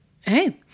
Hey